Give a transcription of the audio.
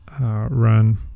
Run